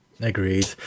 agreed